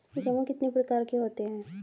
जमा कितने प्रकार के होते हैं?